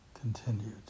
continued